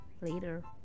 later